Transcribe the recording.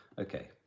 Okay